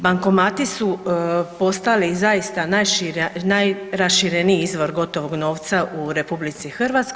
Bankomati su postali zaista najrašireniji izvor gotovog novca u RH.